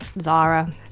Zara